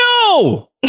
No